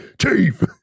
Chief